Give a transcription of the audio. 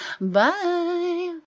Bye